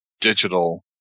digital